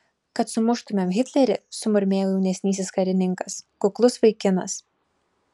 kad sumuštumėm hitlerį sumurmėjo jaunesnysis karininkas kuklus vaikinas